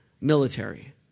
military